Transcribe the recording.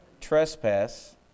trespass